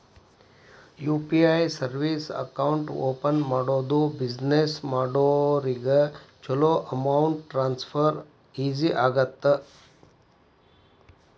UPI service account open ಮಾಡೋದು business ಮಾಡೋರಿಗ ಚೊಲೋ ಅಮೌಂಟ್ ಟ್ರಾನ್ಸ್ಫರ್ ಈಜಿ ಆಗತ್ತ